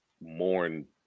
mourn